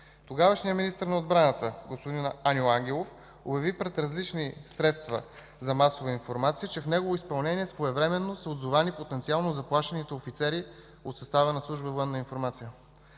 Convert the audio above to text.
Тогавашният министър на отбраната господин Аню Ангелов обяви пред различни средства за масова информация, че в негово изпълнение своевременно са отзовали потенциално заплашените офицери от състава на Служба „Военна информация”.